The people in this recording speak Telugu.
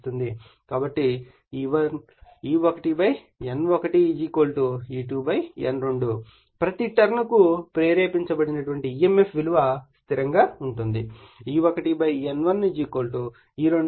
కాబట్టి E1 N1 E2 N2 ప్రతి టర్న్ కు ప్రేరేపించబడిన emf విలువ స్థిరం గా ఉంటుంది